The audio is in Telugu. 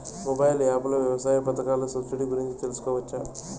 మొబైల్ యాప్ లో వ్యవసాయ పథకాల సబ్సిడి గురించి తెలుసుకోవచ్చా?